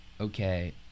okay